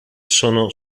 sono